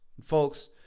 Folks